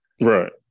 Right